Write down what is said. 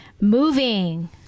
Moving